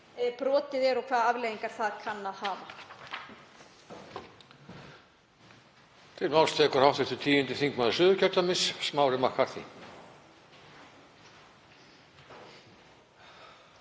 brotið er og hvaða afleiðingar það kann að hafa.